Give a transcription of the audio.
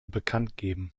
bekanntgeben